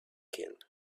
king